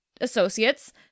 associates